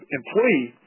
employee